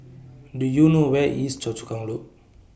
Do YOU know Where IS Choa Chu Kang Loop